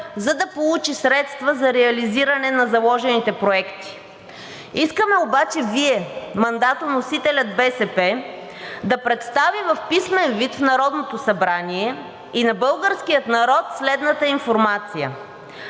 за да получи средства за реализиране на заложените проекти. Искаме обаче Вие – мандатоносителят БСП, да представи в писмен вид в Народното събрание и на българския народ следната информация: